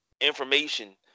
information